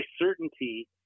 certainty